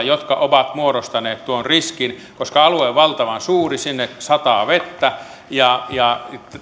jotka ovat muodostaneet tuon riskin koska alue on valtavan suuri sinne sataa vettä ja ja